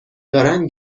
دارن